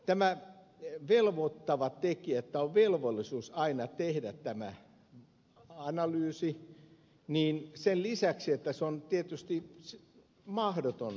tämä velvoittavuus että on velvollisuus aina tehdä tämä analyysi on tietysti se mahdoton